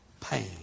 pain